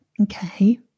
okay